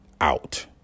out